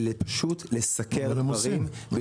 ופשוט לסקר דברים.